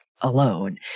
alone